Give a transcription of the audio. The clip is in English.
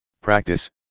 practice